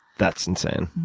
that's insane.